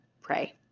pray